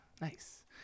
nice